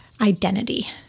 identity